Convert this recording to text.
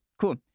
Cool